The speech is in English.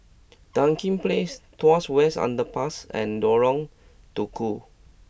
Dinding Place Tuas West Underpass and Lorong Tukol